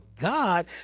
God